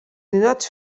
ninots